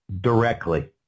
directly